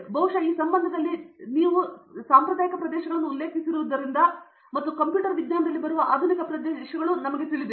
ಬಹುಶಃ ಈ ಸಂಬಂಧದಲ್ಲಿ ನೀವು ಎರಡೂ ಸಾಂಪ್ರದಾಯಿಕ ಪ್ರದೇಶಗಳನ್ನು ಉಲ್ಲೇಖಿಸಿರುವುದರಿಂದ ಮತ್ತು ಕಂಪ್ಯೂಟರ್ ವಿಜ್ಞಾನದಲ್ಲಿ ಬರುವ ಆಧುನಿಕ ಪ್ರದೇಶಗಳು ನಿಮಗೆ ತಿಳಿದಿದೆ